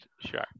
Sure